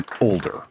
older